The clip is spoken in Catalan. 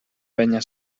penya